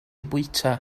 bwyta